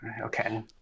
Okay